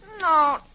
No